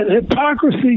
hypocrisy